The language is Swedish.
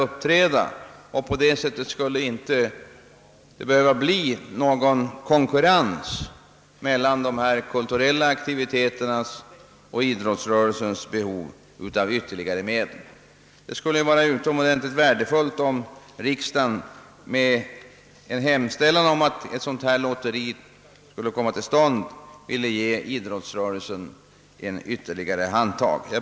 På det sättet skulle det inte behöva bli någon konkurrens mellan de olika kulturaktiviteternas och idrottsrörelsens behov av medel. Det skulle vara utomordentligt värdefullt om riksdagen genom att hos Kungl. Maj:t hemställa om ett sådant lotteri ville ge idrottsrörelsen ytterligare ett handtag.